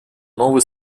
новую